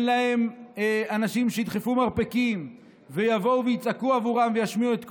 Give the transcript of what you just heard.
להם אנשים שידחפו מרפקים ויבואו ויצעקו בעבורם וישמיעו את קולם,